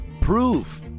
Proof